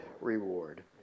reward